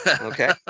Okay